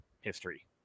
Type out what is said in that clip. history